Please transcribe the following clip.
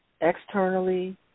externally